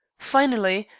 finally,